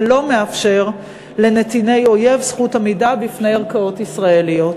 ולא מאפשר לנתיני אויב זכות עמידה בפני ערכאות ישראליות.